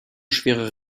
schwere